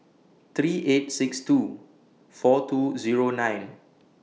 three eight six two four two Zero nine